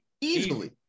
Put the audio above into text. Easily